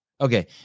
Okay